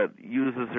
uses